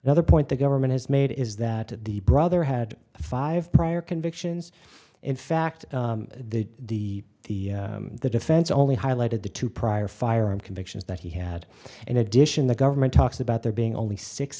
other point the government has made is that the brother had five prior convictions in fact the the the defense only highlighted the two prior firearm convictions that he had in addition the government talks about there being only six